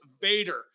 Vader